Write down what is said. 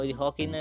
hockey